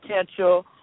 Potential